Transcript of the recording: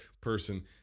person